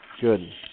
Good